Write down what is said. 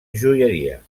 joieria